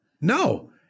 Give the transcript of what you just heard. No